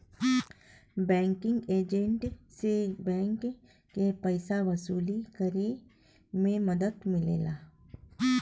banking agent से bank के पइसा वसूली करे में मदद मिलेला